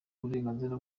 uburenganzira